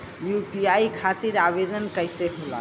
UPI खातिर आवेदन कैसे होला?